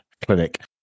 clinic